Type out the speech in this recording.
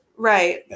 right